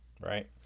right